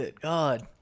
God